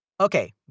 Okay